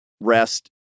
rest